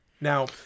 Now